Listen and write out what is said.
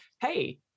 hey